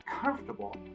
comfortable